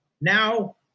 now